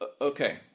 Okay